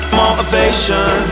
motivation